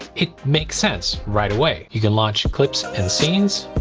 it makes sense right away you can launch clips and scenes